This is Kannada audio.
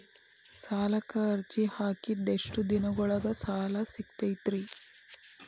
ಸಾಲಕ್ಕ ಅರ್ಜಿ ಹಾಕಿದ್ ಎಷ್ಟ ದಿನದೊಳಗ ಸಾಲ ಸಿಗತೈತ್ರಿ?